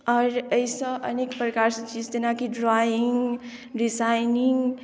आओर एहिसँ अनेक प्रकारसँ चीज जेनाकि ड्रोविंग डिजाइनिंग